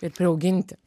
ir priauginti